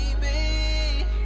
baby